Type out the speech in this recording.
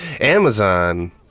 Amazon